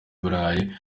burayi